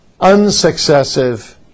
unsuccessive